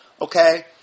okay